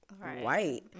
white